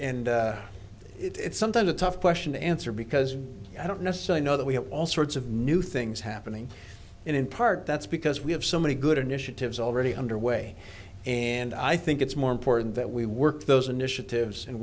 d it's sometimes a tough question to answer because i don't necessarily know that we have all sorts of new things happening and in part that's because we have so many good initiatives already underway and i think it's more important that we work those initiatives and